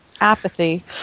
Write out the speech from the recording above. apathy